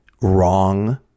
wrong